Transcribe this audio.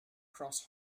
cross